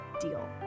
deal